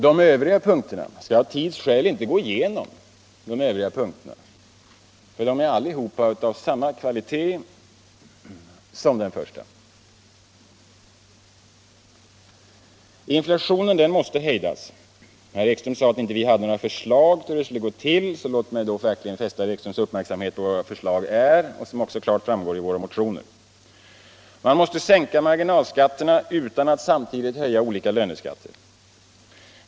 De övriga punkterna skall jag av tidsskäl inte gå igenom, men de är allihop av samma kvalitet som den första. Inflationen måste hejdas. Med anledning av att herr Ekström sade att vi inte har några idéer om hur det skall gå till vill jag verkligen fästa hans uppmärksamhet på våra förslag, som också framgår av våra motioner. Man måste sänka marginalskatterna utan att samtidigt höja olika löneskatter.